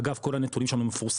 אגב כל הנתונים שלנו מפורסמים,